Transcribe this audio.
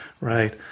right